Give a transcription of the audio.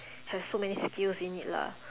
have so many skills in it lah